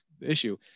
issue